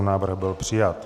Návrh byl přijat.